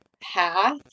path